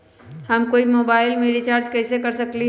हम कोई मोबाईल में रिचार्ज कईसे कर सकली ह?